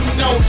no